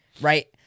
right